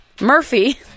Murphy